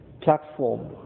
Platform